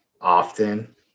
often